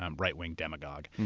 um right-wing demagogue.